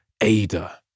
Ada